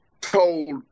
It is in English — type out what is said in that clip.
told